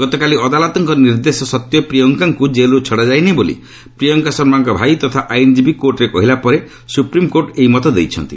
ଗତକାଲି ଅଦାଲତଙ୍କ ନିର୍ଦ୍ଦେଶ ସତ୍ତେ ପ୍ରିୟଙ୍କାଙ୍କୁ କେଲ୍ରୁ ଛଡ଼ାଯାଇ ନାହିଁ ବୋଲି ପ୍ରିୟଙ୍କା ଶର୍ମାଙ୍କ ଭାଇ ତଥା ଆଇନ୍କୀବୀ କୋର୍ଟରେ କହିଲା ପରେ ସୁପ୍ରିମ୍କୋର୍ଟ ଏହି ମତ ଦେଇଛନ୍ତି